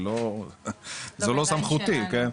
זה לא סמכותי כן.